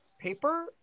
paper